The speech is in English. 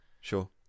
sure